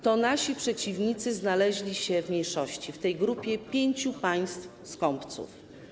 To nasi przeciwnicy znaleźli się w mniejszości, w grupie pięciu państw skąpców.